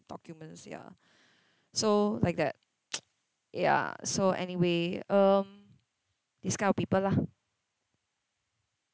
documents ya so like that ya so anyway um this kind of people lah